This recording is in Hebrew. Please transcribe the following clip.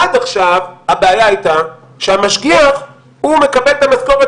עד עכשיו הבעיה הייתה שהמשגיח מקבל את המשכורת